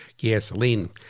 gasoline